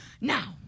Now